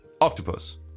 Octopus